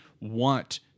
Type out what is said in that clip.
want